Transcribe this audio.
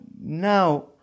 now